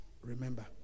remember